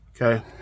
Okay